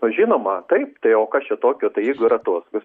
žinoma taip tai o kas čia tokio tai jeigu yra atostogos